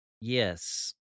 yes